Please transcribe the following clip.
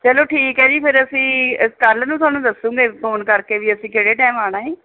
ਚੱਲੋ ਠੀਕ ਹੈ ਜੀ ਫਿਰ ਅਸੀਂ ਕੱਲ੍ਹ ਨੂੰ ਤੁਹਾਨੂੰ ਦੱਸੂਗੇ ਫ਼ੋਨ ਕਰਕੇ ਵੀ ਅਸੀਂ ਕਿਹੜੇ ਟਾਈਮ ਆਉਣਾ ਹੈ